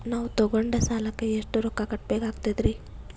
ನಾವು ತೊಗೊಂಡ ಸಾಲಕ್ಕ ಎಷ್ಟು ರೊಕ್ಕ ಕಟ್ಟಬೇಕಾಗ್ತದ್ರೀ?